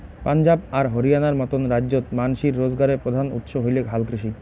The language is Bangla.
পাঞ্জাব আর হরিয়ানার মতন রাইজ্যত মানষির রোজগারের প্রধান উৎস হইলেক হালকৃষি